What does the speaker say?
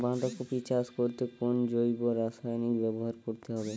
বাঁধাকপি চাষ করতে কোন জৈব রাসায়নিক ব্যবহার করতে হবে?